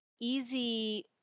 easy